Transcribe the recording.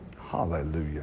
Hallelujah